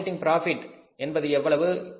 operating profit என்பது எவ்வளவு